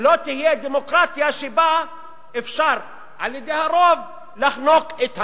שלא תהיה דמוקרטיה שבה אפשר על-ידי הרוב לחנוק את המיעוט.